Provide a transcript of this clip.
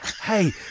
hey